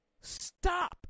Stop